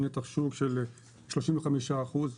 בנתח שוק של 35 אחוזים,